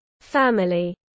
family